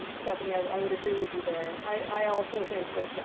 stephanie. i would agree with you there. i also think that,